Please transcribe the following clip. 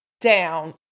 down